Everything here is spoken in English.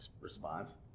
response